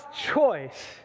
choice